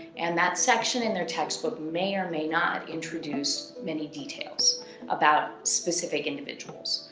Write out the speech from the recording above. and that section in their textbook may or may not introduce many details about specific individuals.